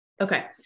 Okay